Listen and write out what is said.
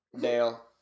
Dale